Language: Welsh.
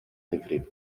ddifrif